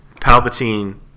Palpatine